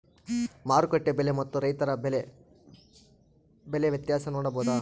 ಮಾರುಕಟ್ಟೆ ಬೆಲೆ ಮತ್ತು ರೈತರ ಬೆಳೆ ಬೆಲೆ ವ್ಯತ್ಯಾಸ ನೋಡಬಹುದಾ?